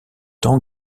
temps